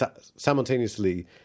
simultaneously